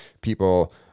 people